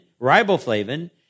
riboflavin